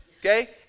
okay